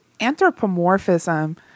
anthropomorphism